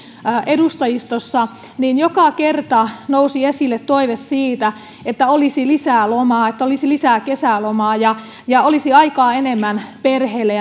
edustajistossa niin joka kerta nousi esille toive siitä että olisi lisää lomaa että olisi lisää kesälomaa ja ja olisi enemmän aikaa perheelle